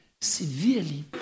severely